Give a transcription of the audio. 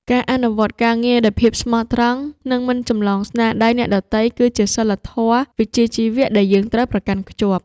ការអនុវត្តការងារដោយភាពស្មោះត្រង់និងមិនចម្លងស្នាដៃអ្នកដទៃគឺជាសីលធម៌វិជ្ជាជីវៈដែលយើងត្រូវប្រកាន់ខ្ជាប់។